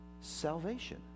salvation